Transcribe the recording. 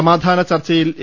സമാധാന ചർച്ചയിൽ എ